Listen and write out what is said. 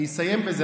אני אסיים בזה.